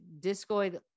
discoid